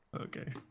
Okay